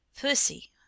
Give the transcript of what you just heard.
pussy